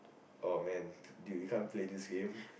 oh man dude you can't play this game